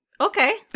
Okay